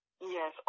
Yes